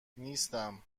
نیستم